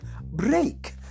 break